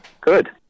Good